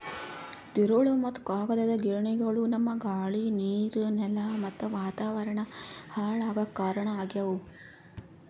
ತಿರುಳ್ ಮತ್ತ್ ಕಾಗದದ್ ಗಿರಣಿಗೊಳು ನಮ್ಮ್ ಗಾಳಿ ನೀರ್ ನೆಲಾ ಮತ್ತ್ ವಾತಾವರಣ್ ಹಾಳ್ ಆಗಾಕ್ ಕಾರಣ್ ಆಗ್ಯವು